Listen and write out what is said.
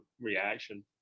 reaction